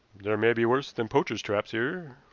there may be worse than poachers' traps here.